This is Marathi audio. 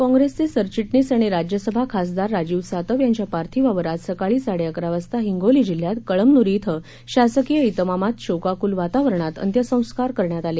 काँग्रेसचे सरचिटणीस आणि राज्यसभा खासदार राजीव सातव यांच्या पार्थिवावर आज सकाळी साडेअकरा वाजता हिंगोली जिल्ह्यात कळमनुरी इथं शासकीय इतमामात शोकाकूल वातावरणात अंत्यसंस्कार करण्यात आले